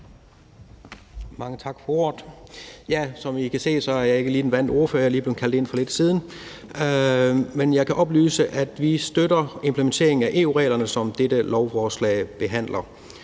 Mange tak for ordet. Som I kan se, er jeg ikke den sædvanlige ordfører, og jeg er lige blevet kaldt ind for lidt siden. Men jeg kan oplyse, at vi støtter implementeringen af EU-reglerne, som dette lovforslag behandler.